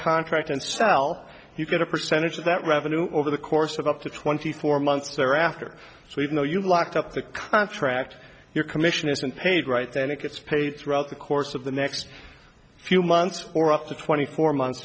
contract and sell you get a percentage of that revenue over the course of up to twenty four months thereafter so even though you locked up the contract your commission isn't paid right and it gets paid throughout the course of the next few months or up to twenty four months